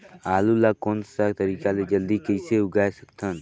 आलू ला कोन सा तरीका ले जल्दी कइसे उगाय सकथन?